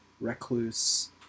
recluse